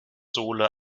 sohle